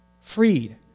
Freed